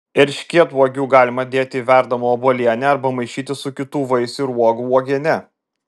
erškėtuogių galima dėti į verdamą obuolienę arba maišyti su kitų vaisių ir uogų uogiene